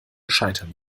scheitern